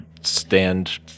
stand